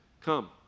Come